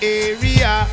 area